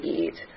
eat